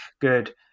good